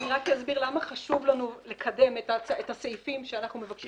אני רק אסביר למה חשוב לנו לקדם את הסעיפים שאנחנו מבקשים לפצל.